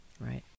Right